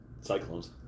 cyclones